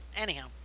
Anyhow